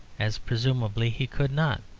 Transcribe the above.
as presumably he could not,